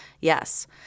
Yes